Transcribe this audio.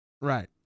Right